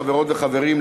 חברות וחברים,